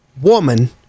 woman